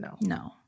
no